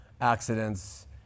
accidents